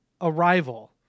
Arrival